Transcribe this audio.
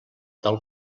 del